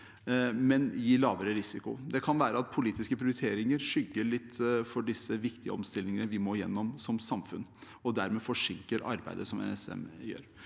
men gi lavere risiko. Det kan være at politiske prioriteringer skygger litt for disse viktige omstillingene vi må gjennom som samfunn, og dermed forsinker arbeidet som NSM gjør.